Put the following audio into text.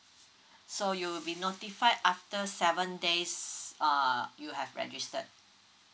so you will be notified after seven days err you have registered